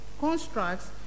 constructs